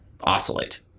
oscillate